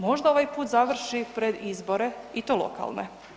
Možda ovaj put završi pred izbore i to lokalne.